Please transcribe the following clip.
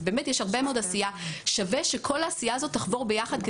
אז באמת שיש הרבה מאוד עשייה ושווה שכל העשייה הזאת תחבור ביחד,